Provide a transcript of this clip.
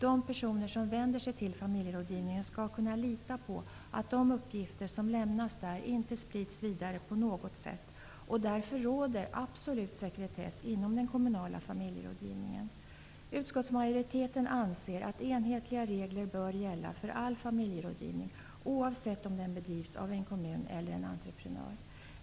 De personer som vänder sig till familjerådgivningen skall kunna lita på att de uppgifter som lämnas där inte sprids vidare på något sätt, och därför råder absolut sekretess inom den kommunala familjerådgivningen. Utskottsmajoriteten anser att enhetliga regler bör gälla för all familjerådgivning, oavsett om den bedrivs av en kommun eller en entreprenör.